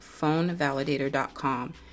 phonevalidator.com